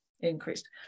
increased